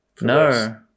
No